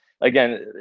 again